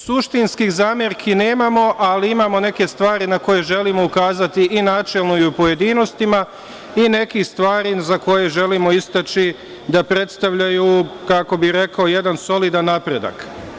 Suštinskih zamerki nemamo, ali imamo neke stvari na koje želimo ukazati i načelno i u pojedinostima, i nekih stvari za koje želimo istaći da predstavljaju, kako bih rekao, jedan solidan napredak.